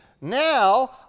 now